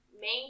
main